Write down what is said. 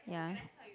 ya